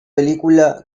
película